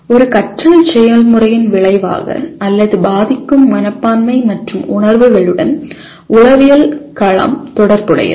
ஒரு கற்றல் செயல்முறையின் விளைவாக அல்லது பாதிக்கும் மனப்பான்மை மற்றும் உணர்வுகளுடன் உளவியல் களம் தொடர்புடையது